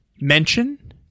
mention